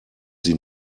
sie